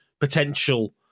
potential